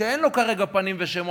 שאין לו כרגע פנים ושם,